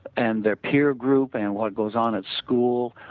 and their peer group and what goes on at school,